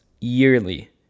yearly